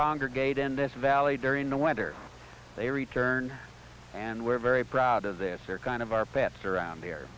congregate in this valley during the weather they return and we're very proud of this they're kind of our pets around there